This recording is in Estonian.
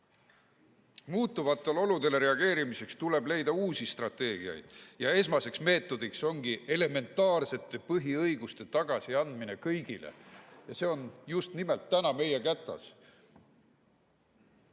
Muutuvatele oludele reageerimiseks tuleb leida uusi strateegiaid ja esmaseks meetodiks ongi elementaarsete põhiõiguste tagasiandmine kõigile. See on just nimelt täna meie kätes.